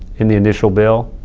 in the initial bill.